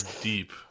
deep